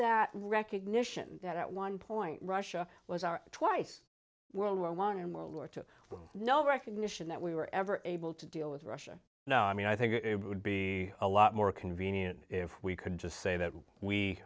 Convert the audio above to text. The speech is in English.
that recognition that at one point russia was our twice world war one and world war two no recognition that we were ever able to deal with russia no i mean i think it would be a lot more convenient if we could just say that we